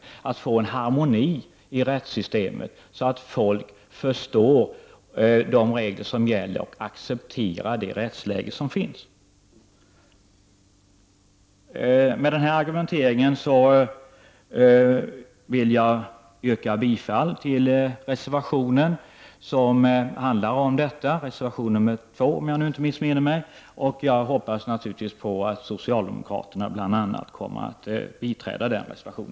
Det gäller att få harmoni i rättssystemet så att folk förstår de regler som finns och accepterar rättsläget. Fru talman! Med denna argumentering yrkar jag bifall till reservation 2 och hoppas naturligtvis att även socialdemokraterna biträder den.